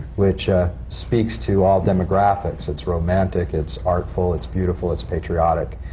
which ah speaks to all demographics. it's romantic, it's artful, it's beautiful, it's patriotic,